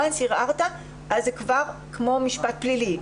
אם ערערת, זה כמו משפט פלילי.